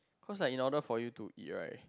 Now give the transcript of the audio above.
cause like in order for you to eat right